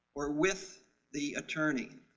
or with the attorney,